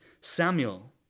Samuel